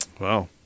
Wow